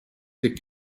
tych